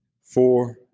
four